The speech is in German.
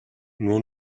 nur